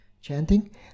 Chanting